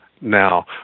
now